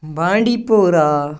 بانٛڈی پورہ